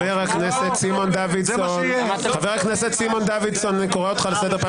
חבר הכנסת סימון דוידסון, אני קורא אותך לסדר.